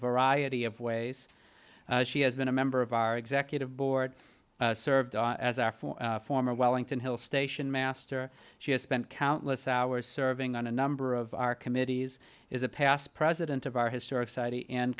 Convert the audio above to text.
variety of ways she has been a member of our executive board served as our former wellington hill station master she has spent countless hours serving on a number of our committees is a past president of our historic site and